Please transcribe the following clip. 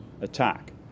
attack